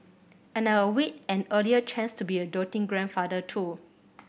and I await an earlier chance to be a doting grandfather too